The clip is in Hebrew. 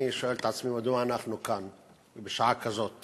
אני שואל את עצמי מדוע אנחנו כאן בשעה כזאת.